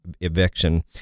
eviction